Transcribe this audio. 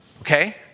okay